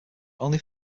only